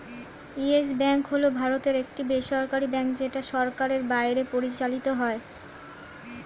yes Bank হল ভারতের একটি বেসরকারী ব্যাঙ্ক যেটা সরকারের বাইরে পরিচালিত হয়